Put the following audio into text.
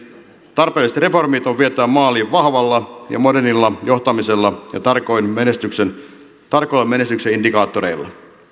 tarpeelliset reformit on vietävä maaliin vahvalla ja modernilla johtamisella ja tarkoilla menestyksen indikaattoreilla